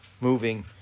moving